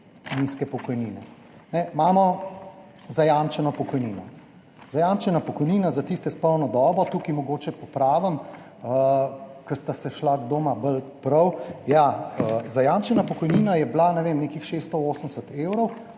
nizke pokojnine? Imamo zajamčeno pokojnino. Zajamčena pokojnina za tiste s polno dobo – tukaj mogoče popravim, ker sta se šla, kdo ima bolj prav – ja, zajamčena pokojnina je bila, ne vem, nekih 680 evrov,